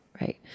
right